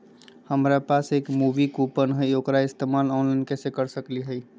हमरा पास एक मूवी कूपन हई, एकरा इस्तेमाल ऑनलाइन कैसे कर सकली हई?